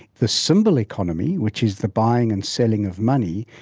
the symbol economy, which is the buying and selling of money,